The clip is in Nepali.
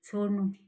छोड्नु